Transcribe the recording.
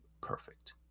perfect